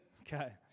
Okay